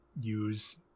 use